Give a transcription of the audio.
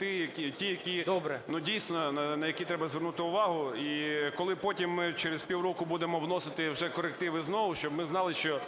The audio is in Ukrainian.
на які дійсно треба звернути увагу. І коли потім ми через півроку будемо вносити вже корективи знову, щоб ми знали, що